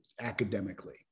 academically